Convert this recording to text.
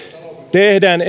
tehdään